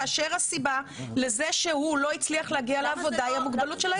כאשר הסיבה לזה שהוא לא הצליח להגיע לעבודה היא המוגבלות של הילד.